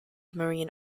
marine